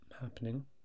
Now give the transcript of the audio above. happening